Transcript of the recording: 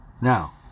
Now